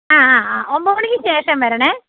ആ ആ ആ ഒൻപത് മണിക്ക് ശേഷം വരണം